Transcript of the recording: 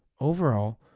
overall,